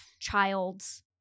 child's